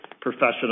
professional